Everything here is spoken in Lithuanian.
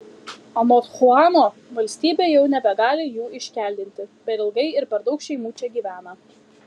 anot chuano valstybė jau nebegali jų iškeldinti per ilgai ir per daug šeimų čia gyvena